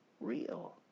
real